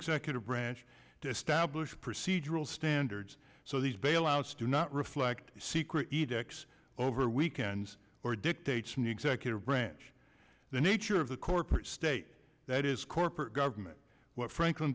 executive branch to stablish procedural standards so these bailouts do not reflect secret edicts over weekends or dictates from the executive branch the nature of the corporate state that is corporate government what franklin